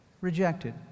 rejected